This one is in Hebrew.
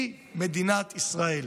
היא מדינת ישראל".